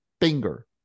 finger